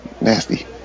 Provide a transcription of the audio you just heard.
Nasty